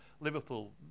Liverpool